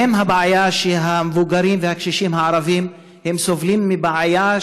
ובהן הבעיה שהמבוגרים והקשישים הערבים סובלים ממנה,